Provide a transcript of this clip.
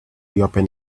reopen